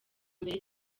mbere